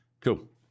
Cool